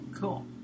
Cool